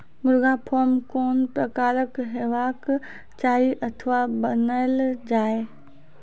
मुर्गा फार्म कून प्रकारक हेवाक चाही अथवा बनेल जाये?